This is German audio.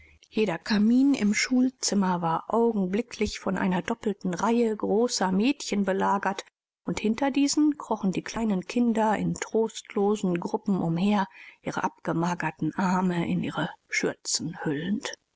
jeder kamin im schulzimmer war augenblicklich von einer doppelten reihe großer mädchen belagert und hinter diesen krochen die kleinen kinder in trostlosen gruppen umher ihre abgemagerten arme in ihre schürzen